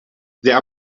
their